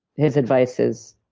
his advice is,